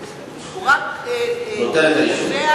הוא רק קובע,